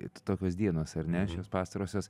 tokios dienos ar ne šios pastarosios